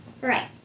Right